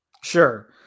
Sure